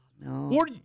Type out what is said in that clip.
No